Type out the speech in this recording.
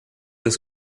this